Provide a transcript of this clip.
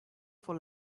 for